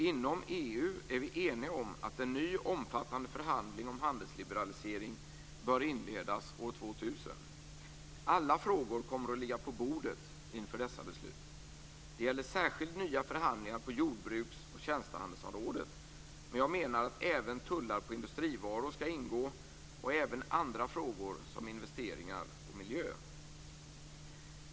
Inom EU är vi eniga om att en ny omfattande förhandling om handelsliberalisering bör inledas år 2000. Alla frågor kommer att ligga på bordet inför dessa beslut. Det gäller särskilt nya förhandlingar på jordbruks och tjänstehandelsområdet, men jag menar att även tullar på industrivaror skall ingå liksom andra frågor, som investeringar och miljö.